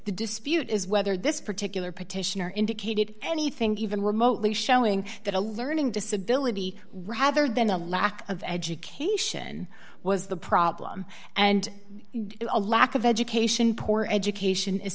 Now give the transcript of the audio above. dispute is whether this particular petitioner indicated anything even remotely showing that a learning disability rather than a lack of education was the problem and a lack of education poor education is